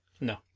No